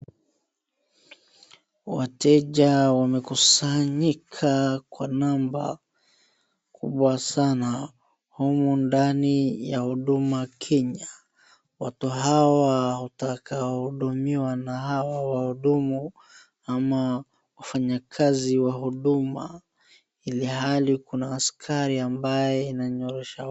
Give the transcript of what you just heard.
Wateja wamekusanyika kwa namba kubwa sana humu ndani ya huduma Kenya. Watu hawa watakaohudumiwa na hawa wahudumu ama wafanyakazi wa huduma ilhali kuna askari ambaye ananyorosha